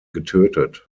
getötet